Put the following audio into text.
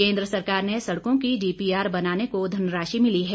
केंद्र सरकार ने सड़को की डीपीआर बनाने को धनराशि मिली है